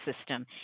system